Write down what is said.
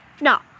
No